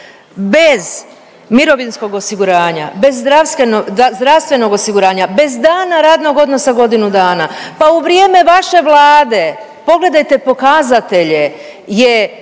bez mirovinskog osiguranja, bez zdravstvenog osiguranja, bez dana radnog odnosa godinu dana, pa u vrijeme vaše vlade pogledajte pokazatelje je